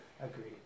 Agreed